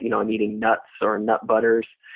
you know i'm eating nuts or nut butters,